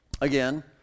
Again